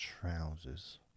trousers